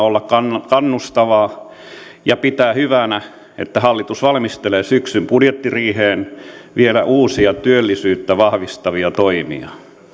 olla kannustavaa ja pitää hyvänä että hallitus valmistelee syksyn budjettiriiheen vielä uusia työllisyyttä vahvistavia toimia